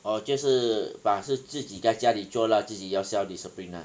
哦就是把是自己在家里做啦自己要 self discipline lah